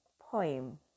poem